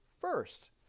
first